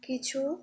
কিছু